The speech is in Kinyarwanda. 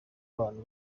abantu